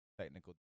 technical